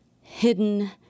hidden